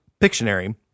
Pictionary